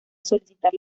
solicitar